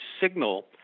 signal